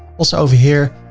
also over here,